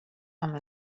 amb